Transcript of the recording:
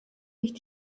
nicht